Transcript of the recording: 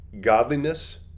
godliness